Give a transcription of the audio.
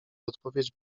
odpowiedź